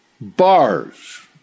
bars